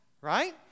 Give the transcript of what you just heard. right